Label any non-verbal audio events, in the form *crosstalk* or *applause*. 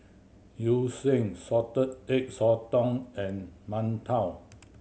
*unintelligible* sheng Salted Egg Sotong and mantou